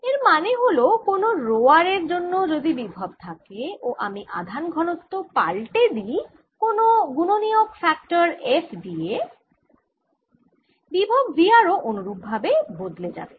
এর মানে হল কোনও রো r এর জন্য যদি বিভব থাকে ও আমি আধান ঘনত্ব পাল্টে দিই কোনও গুণনীয়ক f রো r দিয়ে বিভব V r ও অনুরূপভাবে বদলে যাবে